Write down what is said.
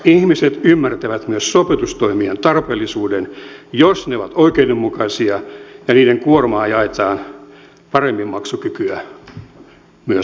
ihmiset ymmärtävät myös sopeutustoimien tarpeellisuuden jos ne ovat oikeudenmukaisia ja niiden kuormaa jaetaan myös paremmin maksukykyä omaaville